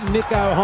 Nico